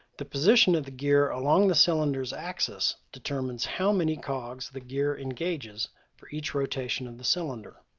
the position of the gear along the cylinder's axis determines how many cogs the gear engages for each rotation of the cylinder.